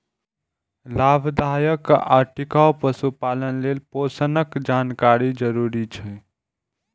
लाभदायक आ टिकाउ पशुपालन लेल पोषणक जानकारी जरूरी छै